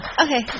Okay